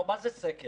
הלוא מה זה סקר?